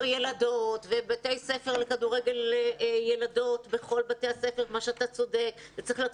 ילדות ולבתי ספר לכדורגל בנות בתוך בתי הספר וכן הלאה.